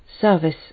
service